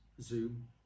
Zoom